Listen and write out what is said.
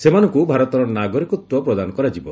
ସେମାନଙ୍କୁ ଭାରତର ନାଗରିକତ୍ୱ ପ୍ରଦାନ କରାଯିବ